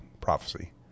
prophecy